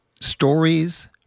stories